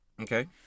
Okay